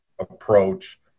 approach